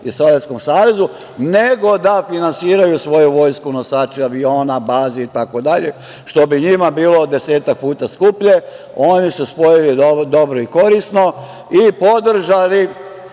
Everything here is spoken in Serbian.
i Sovjetskom Savezu, nego da finansiraju svoju vojsku, nosače aviona, baze, itd, što bi njima bilo desetak puta skuplje. Oni su spojili dobro i korisno i podržali